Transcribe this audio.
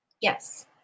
Yes